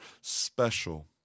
special